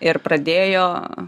ir pradėjo